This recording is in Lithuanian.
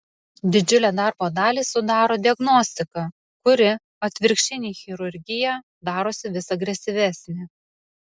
didžiulę darbo dalį sudaro diagnostika kuri atvirkščiai nei chirurgija darosi vis agresyvesnė